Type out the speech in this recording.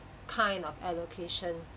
kind of allocation